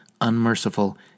unmerciful